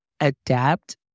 adapt